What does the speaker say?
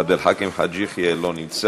עבד אל חכים חאג' יחיא, לא נמצא,